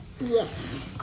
Yes